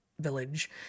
village